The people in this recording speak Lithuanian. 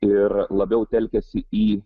ir labiau telkiasi į